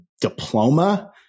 diploma